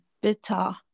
bitter